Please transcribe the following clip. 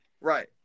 Right